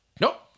nope